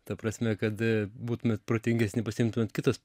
ta prasme kad būtumėt protingesni pasiimtumėt kitas